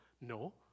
No